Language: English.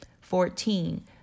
Fourteen